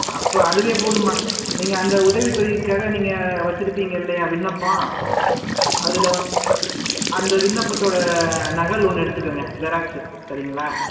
அப்போ அதுவே போதும்மா நீங்கள் அந்த உதவித்தொகைக்காக நீங்கள் வச்சுருப்பீங்க இல்லையா விண்ணப்பம் அதில் அந்த விண்ணப்பத்தோடய நகல் ஒன்று எடுத்துக்கங்க ஜெராக்ஸு சரிங்களா